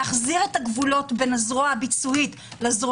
להחזיר את הגבולות בין הזרוע הביצועית לזן